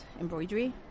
embroidery